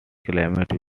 climate